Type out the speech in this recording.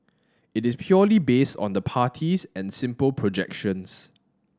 it is purely based on the parties and simple projections